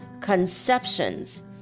conceptions